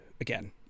again